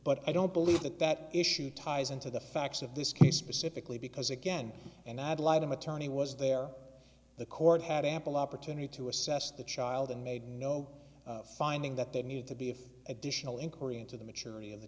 but i don't believe that that issue ties into the facts of this case specifically because again and ad litum attorney was there the court had ample opportunity to assess the child and made no finding that they need to be if additional inquiry into the maturity of the